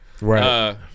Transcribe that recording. Right